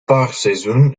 paarseizoen